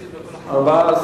2010, לוועדת הכלכלה נתקבלה.